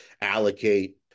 allocate